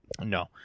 No